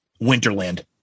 winterland